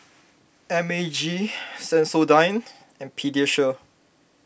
M A G Sensodyne and Pediasure